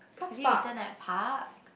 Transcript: have you eaten at park